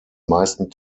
meisten